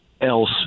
else